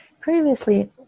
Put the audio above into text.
previously